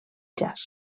jazz